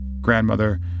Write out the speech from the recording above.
grandmother